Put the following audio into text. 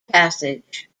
passage